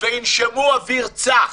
וינשמו אוויר צח?